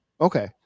okay